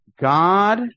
God